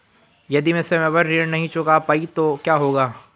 यदि मैं समय पर ऋण नहीं चुका पाई तो क्या होगा?